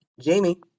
Jamie